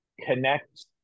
connect